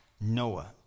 Noah